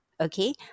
okay